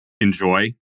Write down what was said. enjoy